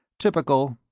typical,